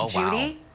judy,